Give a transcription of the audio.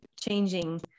changing